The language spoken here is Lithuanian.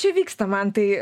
čia vyksta man tai